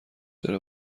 داره